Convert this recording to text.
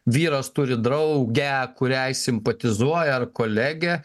vyras turi draugę kuriai simpatizuoja ar kolegę